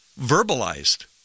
verbalized